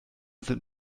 sind